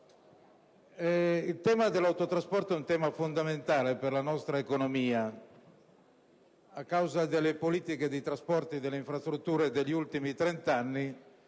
Il tema dell'autotrasporto è fondamentale per la nostra economia. A causa delle politiche di trasporto e delle infrastrutture degli ultimi 30 anni,